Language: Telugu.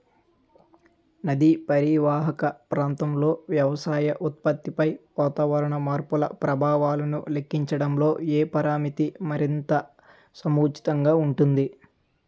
నదీ పరీవాహక ప్రాంతంలో వ్యవసాయ ఉత్పత్తిపై వాతావరణ మార్పుల ప్రభావాలను లెక్కించడంలో ఏ పరామితి మరింత సముచితంగా ఉంటుంది?